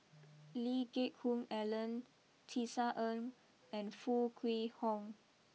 Lee Geck Hoon Ellen Tisa Ng and Foo Kwee Horng